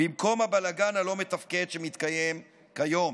במקום הבלגן הלא-מתפקד שמתקיים כיום.